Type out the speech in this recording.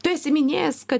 tu esi minėjęs kad